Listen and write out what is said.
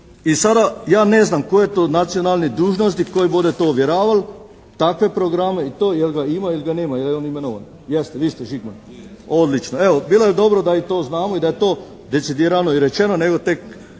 I sada, ja ne znam koji je to nacionalni dužnosnik koji bude to ovjeraval, takve programe i to, jer ga ima ili ga nema. Je li on imenovan? Jeste, vi ste Žigman. … /Upadica se ne razumije./ … Odlično, evo, bilo je dobro da i to znamo i da je to decidirano i rečeno nego tek